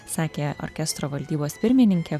sakė orkestro valdybos pirmininkė